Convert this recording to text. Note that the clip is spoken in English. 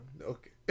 Okay